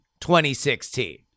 2016